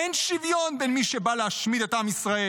אין שוויון בין מי שבא להשמיד את עם ישראל,